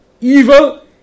evil